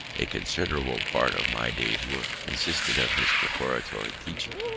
a considerable part of my day's work consisted of this preparatory teaching.